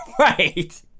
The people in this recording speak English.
Right